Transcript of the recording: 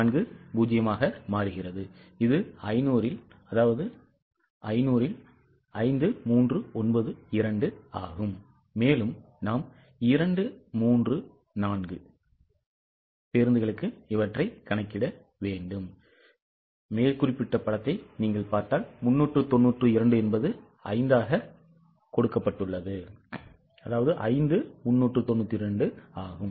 7840 ஆக மாறுகிறது இது 500 இல் 5 392 ஆகும்